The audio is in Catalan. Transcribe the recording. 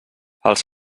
els